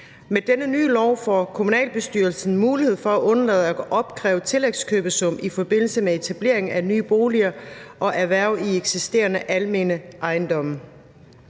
Med denne nye lov får kommunalbestyrelsen mulighed for at undlade at opkræve tillægskøbesum i forbindelse med etablering af nye boliger og erhverv i eksisterende almene ejendomme.